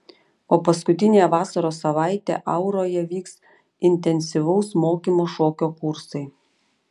o paskutiniąją vasaros savaitę auroje vyks intensyvaus mokymo šokio kursai